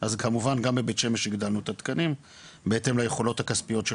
אז כמובן גם בבית שמש הגדלנו את התקנים בהתאם ליכולות הכספיות.